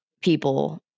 people